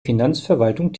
finanzverwaltung